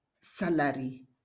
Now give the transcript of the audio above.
salary